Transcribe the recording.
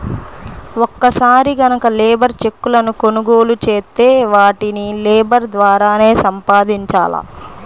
ఒక్కసారి గనక లేబర్ చెక్కులను కొనుగోలు చేత్తే వాటిని లేబర్ ద్వారానే సంపాదించాల